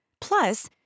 Plus